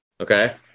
Okay